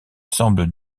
semble